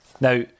Now